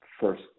first